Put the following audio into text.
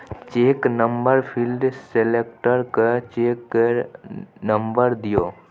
cheque number field select कए check केर number दियौ